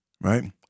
right